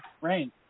Rain